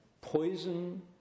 poison